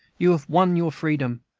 you have won your freedom.